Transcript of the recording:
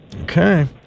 Okay